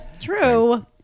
True